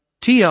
TR